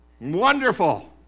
Wonderful